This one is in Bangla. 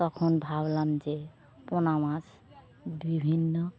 তখন ভাবলাম যে পোনা মাছ বিভিন্ন